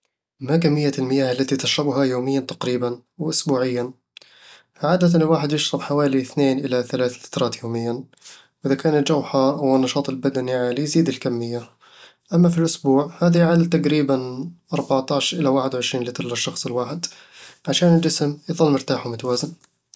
ما كمية المياه التي تشربها يوميًا تقريبًا؟ وأسبوعيًا؟ عادةً الواحد يشرب حوالي اثنين إلى ثلاثة لترات يوميًا، وإذا كان الجو حار أو النشاط البدني عالي، يزيد الكمية. أما في الأسبوع، هذا يعادل تقريبًا أربعة عشر إلى واحد وعشرين لتر للشخص الواحد، عشان الجسم يظل مرتاح ومتوازن